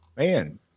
Man